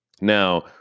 Now